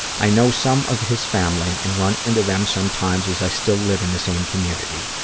i know some of his family and run into them sometimes, as i still live in the same community.